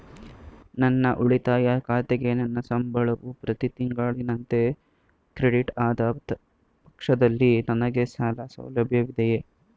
ನನ್ನ ಉಳಿತಾಯ ಖಾತೆಗೆ ನನ್ನ ಸಂಬಳವು ಪ್ರತಿ ತಿಂಗಳಿನಂತೆ ಕ್ರೆಡಿಟ್ ಆದ ಪಕ್ಷದಲ್ಲಿ ನನಗೆ ಸಾಲ ಸೌಲಭ್ಯವಿದೆಯೇ?